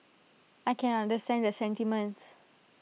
I can understand the sentiments